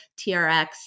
TRX